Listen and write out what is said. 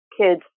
kids